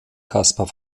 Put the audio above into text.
caspar